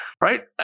Right